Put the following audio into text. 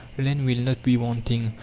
land will not be wanting,